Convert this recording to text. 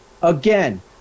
Again